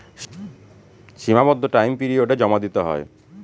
সীমাবদ্ধ টাইম পিরিয়ডে জমা দিতে হয়